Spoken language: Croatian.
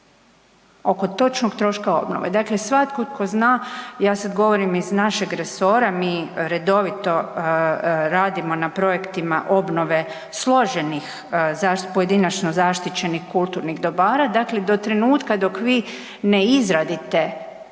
oko točnog troška obnove. Dakle, svatko tko zna ja sad govorim iz našeg resora mi redovito radimo na projektima obnove složenih pojedinačno zaštićenih kulturnih dobara, dakle do trenutka dok vi ne izradite projekt